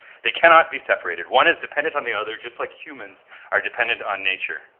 they cannot be separated, one is dependent on the other, just like humans are dependent on nature.